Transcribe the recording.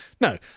No